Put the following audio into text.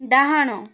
ଡାହାଣ